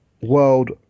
World